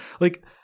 Like-